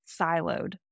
siloed